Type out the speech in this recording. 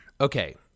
okay